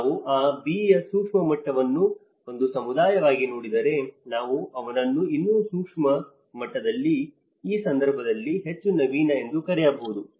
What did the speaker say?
ನಾವು ಆ B ಯ ಸೂಕ್ಷ್ಮ ಮಟ್ಟವನ್ನು ಒಂದು ಸಮುದಾಯವಾಗಿ ನೋಡಿದರೆ ನಾವು ಅವನನ್ನು ಇನ್ನೂ ಸೂಕ್ಷ್ಮ ಮಟ್ಟದಲ್ಲಿ ಆ ಸಂದರ್ಭದಲ್ಲಿ ಹೆಚ್ಚು ನವೀನ ಎಂದು ಕರೆಯಬಹುದು